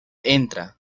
entra